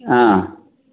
आं